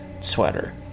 sweater